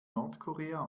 nordkorea